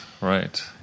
Right